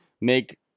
make